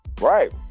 Right